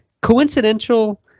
coincidental